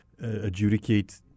adjudicate